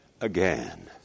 again